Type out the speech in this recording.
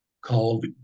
called